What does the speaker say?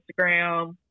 Instagram